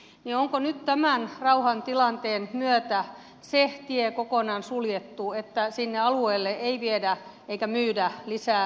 onko nyt tämän rauhan tilanteen myötä se tie kokonaan suljettu että sinne alueelle ei viedä eikä myydä lisää aseita